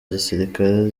gisirikare